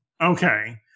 Okay